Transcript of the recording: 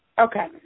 Okay